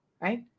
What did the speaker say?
right